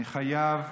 אני חייב,